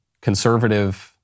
conservative